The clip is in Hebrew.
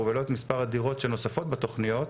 ולא את מספר הדירות שנוספות בתוכניות,